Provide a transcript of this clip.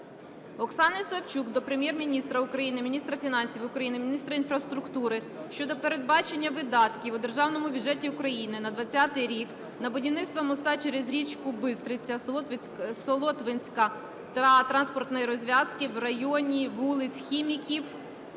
Оксани Савчук до Прем'єр-міністра України, міністра фінансів України, міністра інфраструктури щодо передбачення видатків у Державному бюджеті України на 20-й рік на будівництво моста через річку Бистриця Солотвинська та транспортної розв'язки в районі вулиць Хіміків